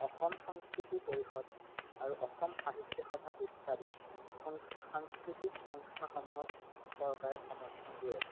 অসম সংস্কৃতি পৰিষদ আৰু অসম সাহিত্য সভা ইত্যাদি সং সাংস্কৃতিক সংস্থাসমূহক চৰকাৰে সমৰ্থন দিয়ে